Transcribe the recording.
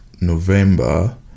November